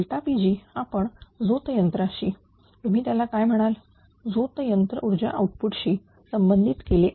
तरPg आपण झोतं यंत्राशी तुम्ही त्याला काय म्हणाल झोतं यंत्र ऊर्जा आउटपुट शी संबंधित केले आहे